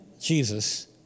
Jesus